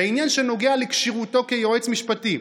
בעניין שנוגע לכשירותו כיועץ משפטי,